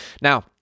Now